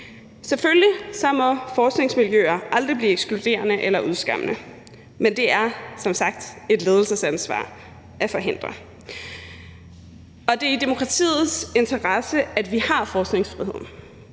Selvfølgelig må forskningsmiljøer aldrig blive ekskluderende eller udskammende, men det er som sagt et ledelsesansvar at forhindre det. Det er i demokratiets interesse, at vi har forskningsfrihed,